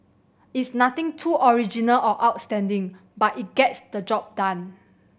it's nothing too original or outstanding but it gets the job done